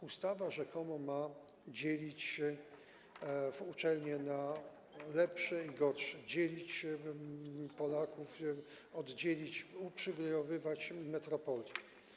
Ustawa rzekomo ma dzielić uczelnie na lepsze i gorsze, dzielić Polaków, uprzywilejowywać metropolie.